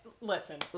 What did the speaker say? Listen